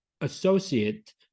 associate